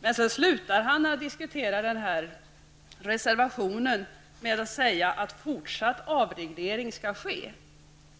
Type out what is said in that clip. Men han avslutar sitt resonemang om den här reservationen med att säga att fortsatt avreglering skall ske.